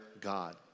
God